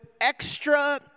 extra